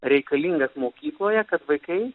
reikalingas mokykloje kad vaikai